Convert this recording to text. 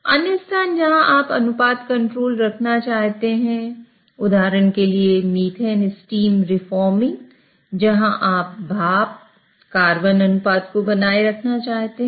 अन्य स्थान जहाँ आप अनुपात कंट्रोल रखना चाहते हैं उदाहरण के लिए मीथेन स्टीम रिफॉर्मिंग जहाँ आप भाप कार्बन अनुपात को बनाए रखना चाहते हैं